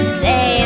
say